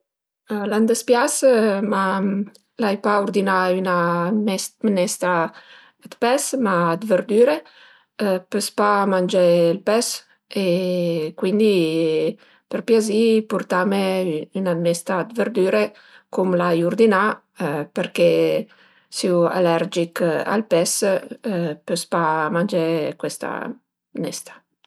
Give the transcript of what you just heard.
A m'dëspias ma l'ai pa urdinà üna mënestra de pes, ma dë verdüre, pös pa mangé ël pes e cuindi për piazì purtame üna mnesta dë verdüre cum l'ai urdinà perché siu alergich al pes, pös pa mangé cuesta mnesta